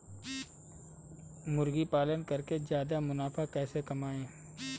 मुर्गी पालन करके ज्यादा मुनाफा कैसे कमाएँ?